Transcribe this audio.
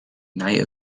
night